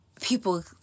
people